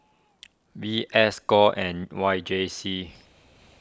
V S Score and Y J C